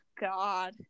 God